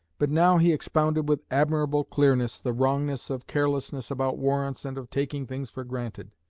but now he expounded with admirable clearness the wrongness of carelessness about warrants and of taking things for granted.